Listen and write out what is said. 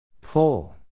Pull